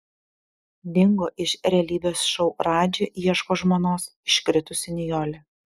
dingo iš realybės šou radži ieško žmonos iškritusi nijolė